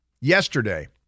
yesterday